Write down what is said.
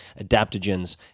adaptogens